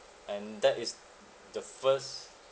and that is the first